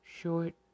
Short